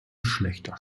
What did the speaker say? schlechter